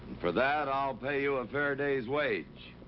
for that, i'll pay you a fair day's wage.